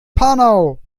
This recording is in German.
panau